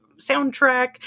soundtrack